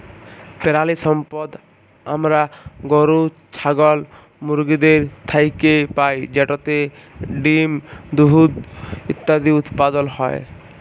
পেরালিসম্পদ আমরা গরু, ছাগল, মুরগিদের থ্যাইকে পাই যেটতে ডিম, দুহুদ ইত্যাদি উৎপাদল হ্যয়